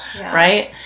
Right